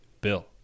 Bill